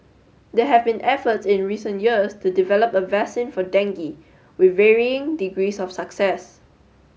they have been efforts in recent years to develop a vaccine for dengue with varying degrees of success